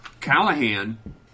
Callahan